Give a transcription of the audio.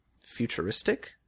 futuristic